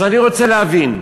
אז אני רוצה להבין: